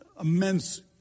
immense